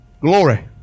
glory